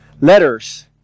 letters